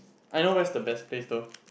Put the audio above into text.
I know where's the best place though